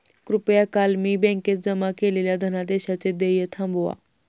कृपया काल मी बँकेत जमा केलेल्या धनादेशाचे देय थांबवा